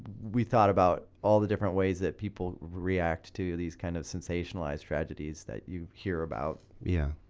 we thought about all the different ways that people react to these kind of sensationalized tragedies that you hear about. yeah